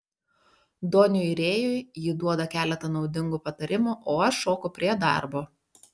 doniui rėjui ji duoda keletą naudingų patarimų o aš šoku prie darbo